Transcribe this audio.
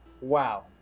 wow